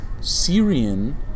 Syrian